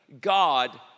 God